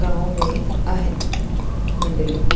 गांव में आहिनि मंडलियूं